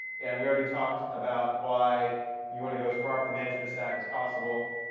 and we already talked about why you want to go as far up the management stack as possible,